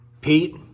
Pete